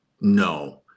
no